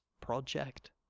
project